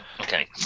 Okay